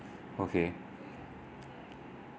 okay